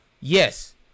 Yes